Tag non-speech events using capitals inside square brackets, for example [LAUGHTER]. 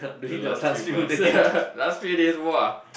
the last few months [LAUGHS] last few days !wah!